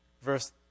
Verse